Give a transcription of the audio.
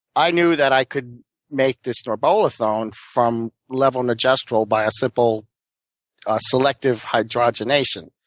i knew that i could make this norbolethone from levonorgestrel by a simple ah selective hydrogenation,